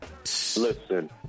Listen